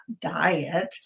diet